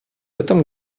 этом